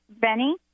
Benny